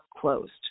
closed